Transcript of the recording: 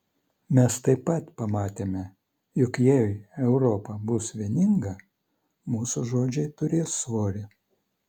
mes taip pat pamatėme jog jei europa bus vieninga mūsų žodžiai turės svorį